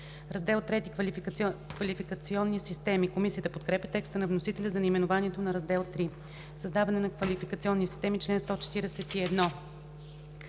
„Раздел ІІІ – Квалификационни системи”. Комисията подкрепя текста на вносителя за наименованието на Раздел ІІІ. „Създаване на квалификационни системи” – чл. 141.